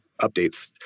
updates